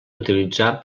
utilitzar